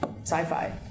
sci-fi